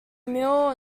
mill